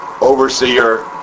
Overseer